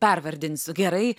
pervardinsiu gerai